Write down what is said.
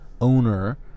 owner